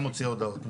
וגם מוציא הודעות.